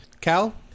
Cal